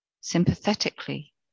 sympathetically